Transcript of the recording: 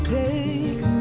take